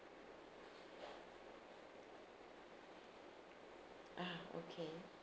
ah okay